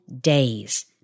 days